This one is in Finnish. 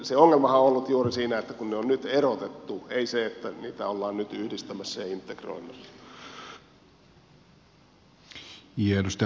se ongelmahan on ollut juuri siinä että ne on nyt erotettu ei se että niitä ollaan nyt yhdistämässä ja integroimassa